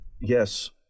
Yes